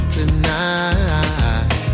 Tonight